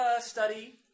Study